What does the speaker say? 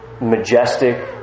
majestic